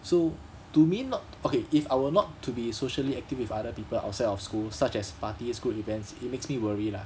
so to me not okay if I were not to be socially active with other people outside of school such as party school events it makes me worry lah